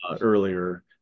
earlier